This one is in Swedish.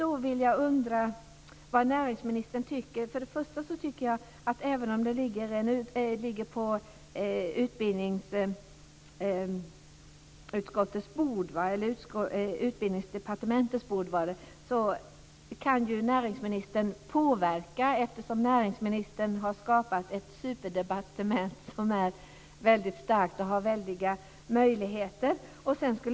Även om frågan ligger på Utbildningsdepartementets bord kan näringsministern påverka. Han har ju skapat ett superdepartement som är väldigt starkt och har väldiga möjligheter.